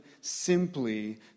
simply